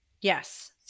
Yes